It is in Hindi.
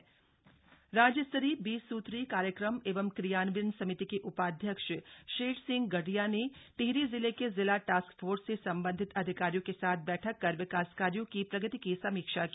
बीस सुत्रीय कार्यक्रम राज्य स्तरीय बीस सुत्रीय कार्यक्रम एवं क्रियान्वयन समिति के उपाध्यक्ष शेर सिंह गढ़िया ने टिहरी जिले के जिला टास्कफोर्स से सम्बंधित अधिकारियों के साथ बैठक कर विकास कार्यों की प्रगति की समीक्षा की